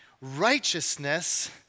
Righteousness